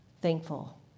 thankful